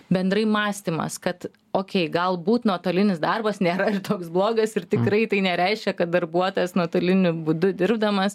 bendrai mąstymas kad okei galbūt nuotolinis darbas nėra toks blogas ir tikrai tai nereiškia kad darbuotojas nuotoliniu būdu dirbdamas